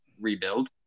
rebuild